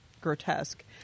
grotesque